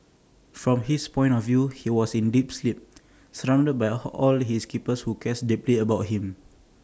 from his point of view he was in deep sleep surrounded by all his keepers who care deeply about him